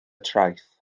traeth